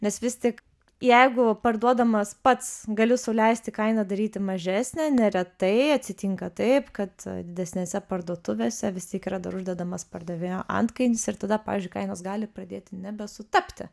nes vis tik jeigu parduodamas pats galiu sau leisti kainą daryti mažesnę neretai atsitinka taip kad didesnėse parduotuvėse vis tik yra dar uždedamas pardavėjo antkainis ir tada pavyzdžiui kainos gali pradėti nebesutapti